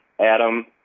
Adam